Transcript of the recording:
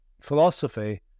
philosophy